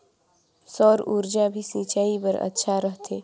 सौर ऊर्जा भी सिंचाई बर अच्छा रहथे?